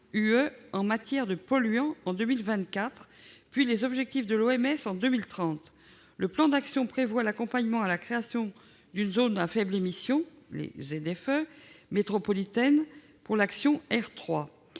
en matière de polluants en 2024 et des objectifs de l'OMS en 2030. Le plan d'action prévoit l'accompagnement à la création d'une ZFE métropolitaine, pour l'action AIR3.